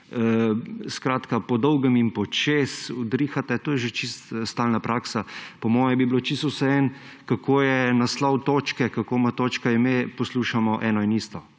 skratka po dolgem in počez udrihate. To je že čisto stalna praksa. Po mojem bi bilo čisto vseeno, kako je naslov točke, kako ima točka ime, poslušamo eno in isto